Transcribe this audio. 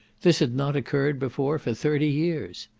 this had not occurred before for thirty years.